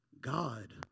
God